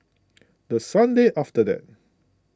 the Sunday after that